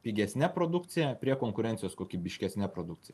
pigesne produkcija prie konkurencijos kokybiškesne produkcija